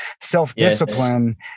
Self-discipline